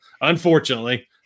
Unfortunately